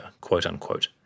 quote-unquote